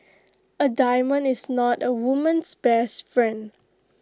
A diamond is not A woman's best friend